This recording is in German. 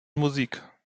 musik